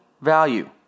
value